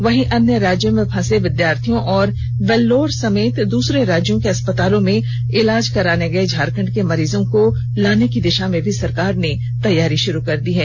वहीं अन्य राज्यों में फंसे विद्यार्थियों और वेल्लोर समेत दूसरे राज्यों के अस्पतालों में इलाज कराने गए झारखंड के मरीजों को लाने की दिशा में भी सरकार ने तैयारी शुरू कर दी है